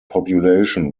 population